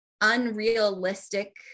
unrealistic